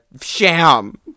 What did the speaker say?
sham